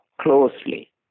closely